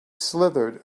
slithered